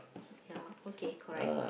ya okay correct